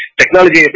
technology